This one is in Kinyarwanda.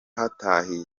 hatahiwe